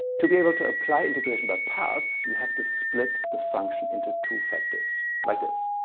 to be able to apply integration by parts you have to split the function into two factors like this.